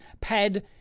pad